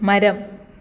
മരം